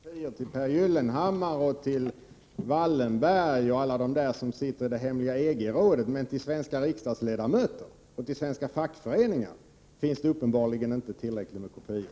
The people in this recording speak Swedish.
Fru talman! Just det — det finns kopior till Pehr Gyllenhammar, Wallenberg och alla dem som sitter i det hemliga EG-rådet. Men till svenska riksdagsledamöter och svenska fackföreningar finns det uppenbarligen inte tillräckligt med kopior.